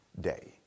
day